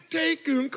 taken